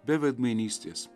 be veidmainystės